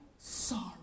Sorry